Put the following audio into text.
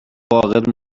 عاقل